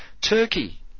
Turkey